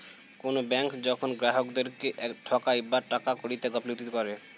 কোনো ব্যাঙ্ক যখন গ্রাহকদেরকে ঠকায় বা টাকা কড়িতে গাফিলতি করে